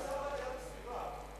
אדוני השר להגנת הסביבה,